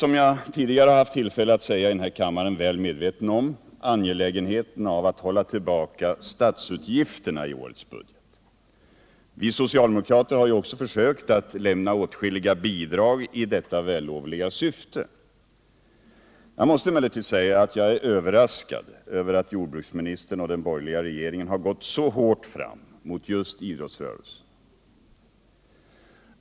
Som jag tidigare haft tillfälle att säga i denna kammare är jag väl medveten om angelägenheten av att hålla tillbaka statsutgifterna i årets budget. Vi socialdemokrater har också lämnat åtskilliga bidrag i detta vällovliga syfte. Men jag måste säga att jag är överraskad över att jordbruksministern och den borgerliga regeringen har gått så hårt fram mot just idrottsrörelsen.